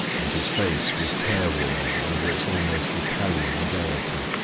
and his face was careworn under its almost italian gaiety.